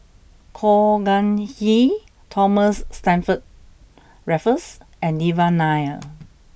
Khor Ean Ghee Thomas Stamford Raffles and Devan Nair